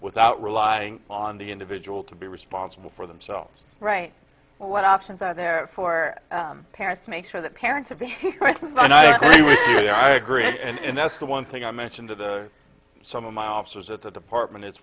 without relying on the individual to be responsible for themselves right what options are there for parents to make sure that parents have been and i agree with you there i agree and that's the one thing i mentioned to the some of my officers at the department is